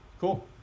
Cool